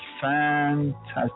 fantastic